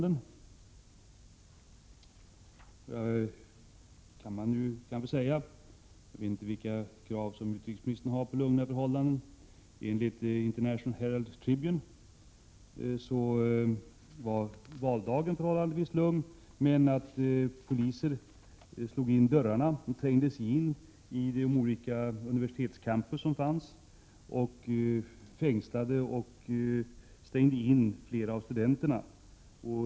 Det kan man kanske säga att de var — jag vet inte vilka krav utrikesministern har på lugna förhållanden. Enligt International Herald Tribune var valdagen förhållandevis lugn, men polisen slog in dörrar och trängde sig in på olika universitetscampus och fängslade och stängde in flera av studenterna.